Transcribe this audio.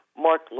Mark